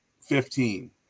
fifteen